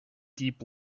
deep